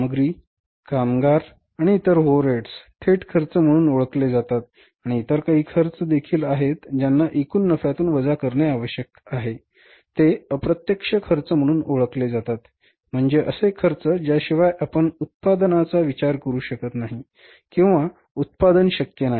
सामग्री कामगार आणि इतर ओव्हरहेड्स थेट खर्च म्हणून ओळखले जातात आणि काही इतर खर्च देखील आहेत ज्यांना एकूण नफ्यातून वजा करणे आवश्यक आहे ते अप्रत्यक्ष खर्च म्हणून ओळखले जातात म्हणजे असे खर्च ज्याशिवाय आपण उत्पादनाचा विचार करू शकत नाही किंवा उत्पादन शक्य नाही